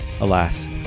alas